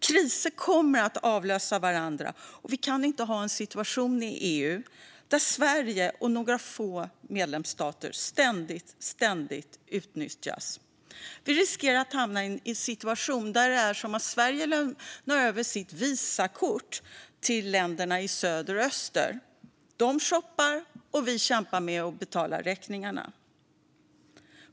Kriser kommer att avlösa varandra, och vi kan inte ha en situation i EU där Sverige och några få medlemsstater ständigt utnyttjas. Vi riskerar att hamna i en situation där det är som att Sverige lämnar över sitt Visakort till länderna i söder och öster. De shoppar, och vi kämpar med att betala räkningarna.